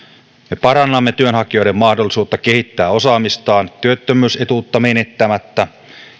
me parannamme työnhakijoiden mahdollisuutta kehittää osaamistaan työttömyysetuutta menettämättä